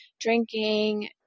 Drinking